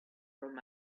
from